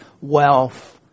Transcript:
wealth